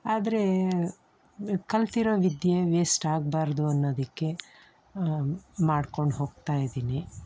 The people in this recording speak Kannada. ಆದರೆ ಕಲಿತಿರೋ ವಿದ್ಯೆ ವೇಸ್ಟ್ ಆಗಬಾರ್ದು ಅನ್ನೋದಕ್ಕೆ ಮಾಡ್ಕೊಂಡು ಹೋಗ್ತಾ ಇದ್ದೀನಿ